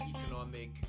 economic